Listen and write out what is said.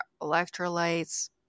electrolytes